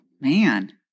man